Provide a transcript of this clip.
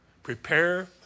Prepare